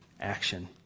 action